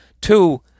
Two